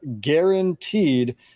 guaranteed